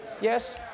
Yes